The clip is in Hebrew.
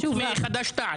חוץ מחד"ש-תע"ל.